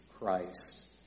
Christ